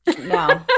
no